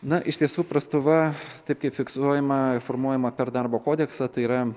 na iš tiesų prastova taip kaip fiksuojama formuojama per darbo kodeksą tai yra